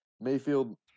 Mayfield